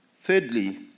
Thirdly